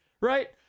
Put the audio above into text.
right